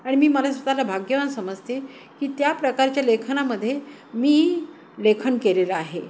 आणि मी मला स्वतःला भाग्यवान समजते की त्या प्रकारच्या लेखनामध्ये मी लेखन केलेलं आहे